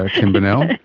ah kim bennell!